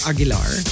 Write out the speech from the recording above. Aguilar